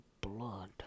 blood